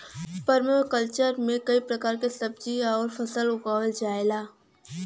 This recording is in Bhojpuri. पर्मकल्चर में कई प्रकार के सब्जी आउर फसल उगावल जाला